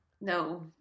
No